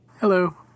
Hello